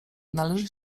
należy